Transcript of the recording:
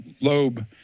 lobe